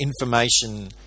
information